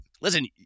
Listen